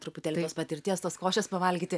truputėlį tos patirties tos košės pavalgyti